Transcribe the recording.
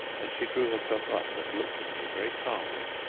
and she drew herself up and looked at me very calmly.